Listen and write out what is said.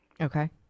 Okay